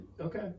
Okay